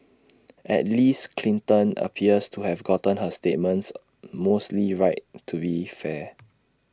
at least Clinton appears to have gotten her statements mostly right to be fair